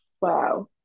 Wow